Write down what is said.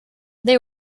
they